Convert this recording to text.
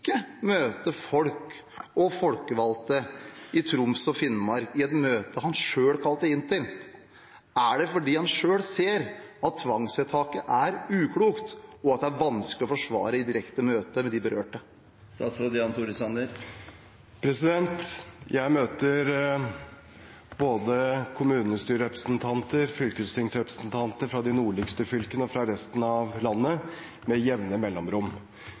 møte folk og folkevalgte i Troms og Finnmark i et møte han selv kalte inn til? Er det fordi han selv ser at tvangsvedtaket er uklokt, og at det er vanskelig å forsvare i direkte møte med de berørte? Jeg møter både kommunestyrerepresentanter og fylkestingrepresentanter fra de nordligste fylkene og fra resten av landet med jevne mellomrom.